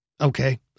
Okay